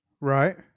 Right